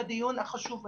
בדיון החשוב הזה.